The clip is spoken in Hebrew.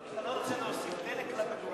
אמרתי שאתה לא רוצה להוסיף דלק למדורה.